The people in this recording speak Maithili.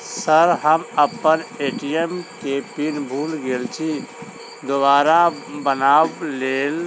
सर हम अप्पन ए.टी.एम केँ पिन भूल गेल छी दोबारा बनाब लैल